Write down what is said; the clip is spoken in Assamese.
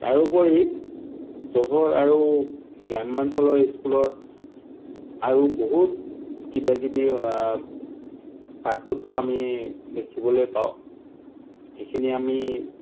তাৰোপৰি চহৰ আৰু গ্ৰাম্যাঞ্চলৰ স্কুলৰ আৰু বহুত কিবাকিবি পাৰ্থক্য আমি দেখিবলৈ পাওঁ সেইখিনি আমি